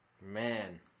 man